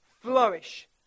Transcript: flourish